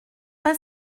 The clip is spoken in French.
pas